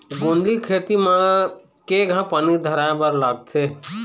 गोंदली के खेती म केघा पानी धराए बर लागथे?